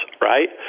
right